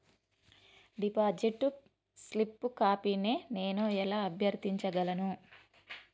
Deposit slip కాపీని నేను ఎలా అభ్యర్థించగలను?